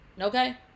okay